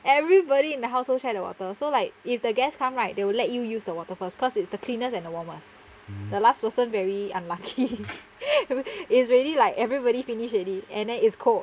everybody in the household share the water so like if the guests come right they will let you use the water first cause it's the cleanest and the warmest the last person very unlucky is really like everybody finish already and then it's cold